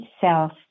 self